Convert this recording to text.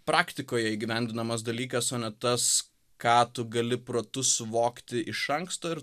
praktikoje įgyvendinamas dalykas o ne tas ką tu gali protu suvokti iš anksto ir